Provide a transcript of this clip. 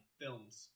films